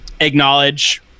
acknowledge